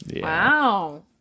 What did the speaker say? Wow